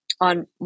on